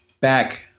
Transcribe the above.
back